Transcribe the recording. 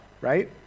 right